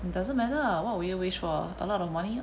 it doesn't matter ah what would you wish for a lot of money